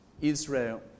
Israel